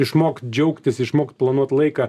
išmokt džiaugtis išmokt planuot laiką